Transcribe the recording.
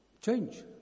Change